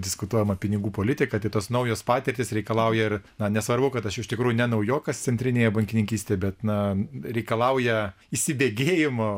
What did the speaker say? diskutuojama pinigų politika tai tos naujos patirtys reikalauja ir na nesvarbu kad aš iš tikrųjų ne naujokas centrinėje bankininkystėje bet na reikalauja įsibėgėjimo